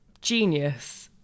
Genius